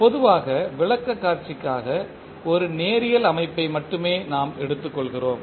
பொதுவாக விளக்க காட்சிக்காக ஒரு நேரியல் அமைப்பை மட்டுமே நாம் எடுத்துக் கொள்கிறோம்